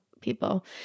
people